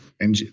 ng